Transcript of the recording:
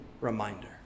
reminder